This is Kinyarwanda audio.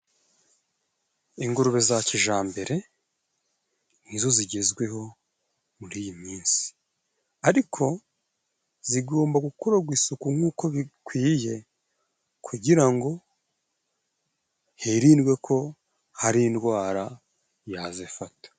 Ingurube za kijyambere ni zo zigezweho muri iyi minsi, ariko zigomba gukorerwa isuku nk'uko bikwiye kugira ngo hirindweko hari indwara yazifata.